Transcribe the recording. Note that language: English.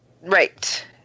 Right